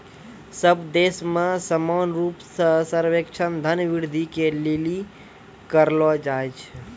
सब देश मे समान रूप से सर्वेक्षण धन वृद्धि के लिली करलो जाय छै